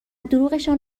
دروغشان